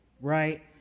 right